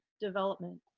development